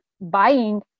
buying